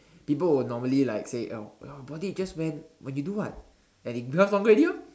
people will normally like say oh your body itches when when you do what and it become longer ready orh